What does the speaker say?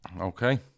Okay